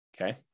okay